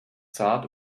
zart